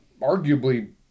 arguably